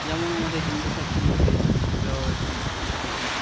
যেমন আমাদের হিন্দু শাস্ত্রের মতে বিবাহ একটি সামাজিক